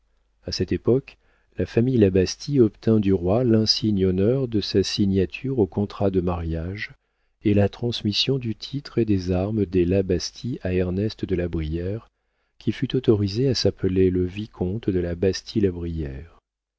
a cette époque la famille la bastie obtint du roi l'insigne honneur de sa signature au contrat de mariage et la transmission du titre et des armes des la bastie à ernest de la brière qui fut autorisé à s'appeler le vicomte de la bastie la brière la